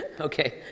Okay